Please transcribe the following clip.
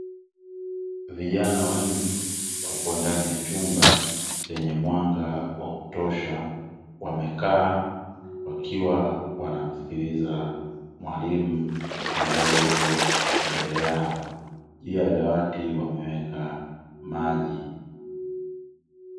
Vijana wengi wapo ndani ya chumba chenye mwanga wa kutosha, wamekaa wakiwa wanamsikiliza mwalimu ambaye yupo mbele yao. Juu ya dawati wameweka maji.